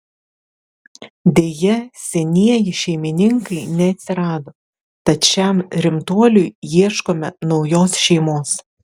deja senieji šeimininkai neatsirado tad šiam rimtuoliui ieškome naujos šeimos